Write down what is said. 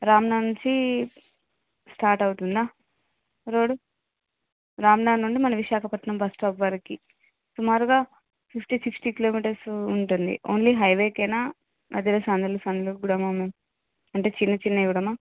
రాంనగర్ నంచి స్టార్ట్ అవుతుందా రోడ్ రాంనగర్ నుండి మన విశాఖపట్నం బస్ స్టాప్ వరకు సుమారుగా ఫిఫ్టీ సిక్స్టీ కిలోమీటర్స్ ఉంటుంది ఓన్లీ హైవేకేనా మధ్యలో సందులో సందులో కూడా మ్యామ్ అంటే చిన్న చిన్నవి కూడానా